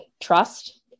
trust